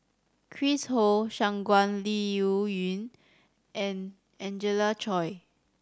Chris Ho Shangguan Liuyun and Angelina Choy